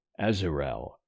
Azarel